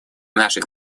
наших